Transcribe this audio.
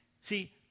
See